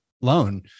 loan